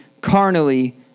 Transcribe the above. carnally